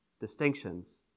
distinctions